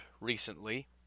recently